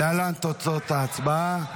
להלן תוצאות ההצבעה: